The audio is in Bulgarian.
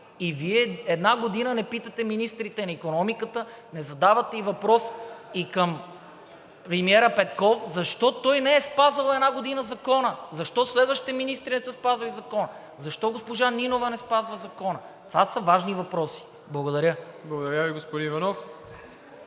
и Вие една година не питате министрите на икономиката, не задавате въпрос и към премиера Петков защо той не е спазвал една година закона? Защо следващите министри не са спазвали закона? Защо госпожа Нинова не спазва закона? Това са важни въпроси. Благодаря. ПРЕДСЕДАТЕЛ МИРОСЛАВ ИВАНОВ: